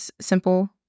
simple